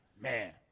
Man